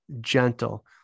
gentle